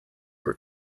were